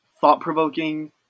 thought-provoking